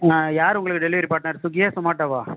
ஆ யார் உங்களுக்கு delivery partner ஸ்விகியா சொமாட்டோவா